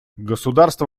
государства